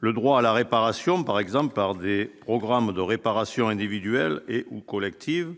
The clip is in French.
le droit à la réparation par exemple par des programmes de réparation individuelle et ou collectives